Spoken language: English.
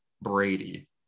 Brady